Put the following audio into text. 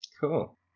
cool